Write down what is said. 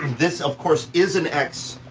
and this of course is an x